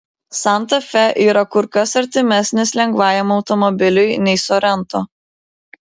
santa fe yra kur kas artimesnis lengvajam automobiliui nei sorento